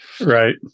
Right